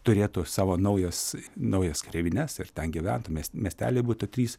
turėtų savo naujas naujas kareivines ir ten gyventų mies miesteliai būtų trys